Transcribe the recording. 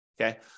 Okay